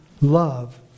love